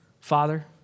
Father